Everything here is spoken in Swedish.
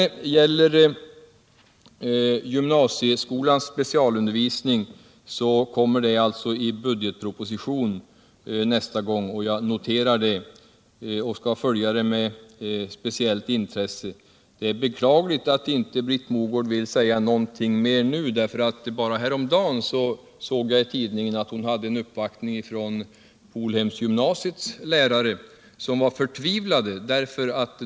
Beträffande gymnasieskolans specialundervisning förhåller det sig alltså så, att den kommer i nästa budgetproposition. Jag noterar detta och skall följa saken med speciellt intrese. Det är beklagligt att Britt Mogård inte vill säga mer nu. Häromdagen såg jag att hon hade en uppvaktning från Polhemsgymnasiets lärare, som var förtvivlade.